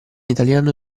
italiano